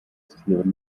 existieren